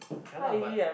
ya lah but